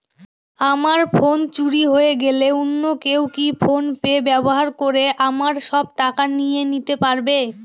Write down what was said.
আমার ফোন চুরি হয়ে গেলে অন্য কেউ কি ফোন পে ব্যবহার করে আমার সব টাকা নিয়ে নিতে পারবে?